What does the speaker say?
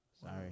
Sorry